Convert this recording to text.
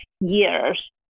years